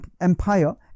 empire